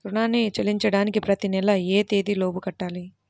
రుణాన్ని చెల్లించడానికి ప్రతి నెల ఏ తేదీ లోపు కట్టాలి?